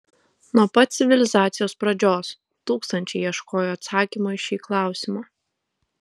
nuo pat civilizacijos pradžios tūkstančiai ieškojo atsakymo į šį klausimą